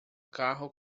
carro